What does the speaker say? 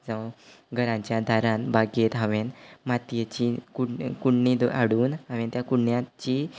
जावं घरांच्या दारान बागेर हांवेन मातयेची कुंड कुंडी द हाडून हांवेन त्या कुंड्यांत जीं